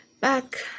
back